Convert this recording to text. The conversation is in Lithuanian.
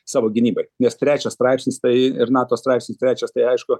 savo gynybai nes trečias straipsnis tai ir nato straipsnis trečias tai aišku